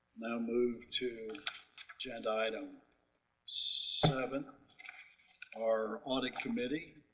move to agenda item seven our audit committee, i